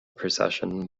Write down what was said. procession